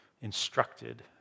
instructed